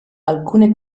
alcune